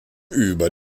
über